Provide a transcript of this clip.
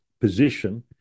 position